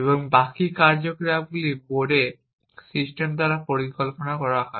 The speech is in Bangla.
তারপর বাকি কার্যকলাপ বোর্ডে সিস্টেম দ্বারা পরিকল্পনা করা হয়